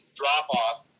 drop-off